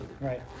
right